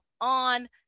on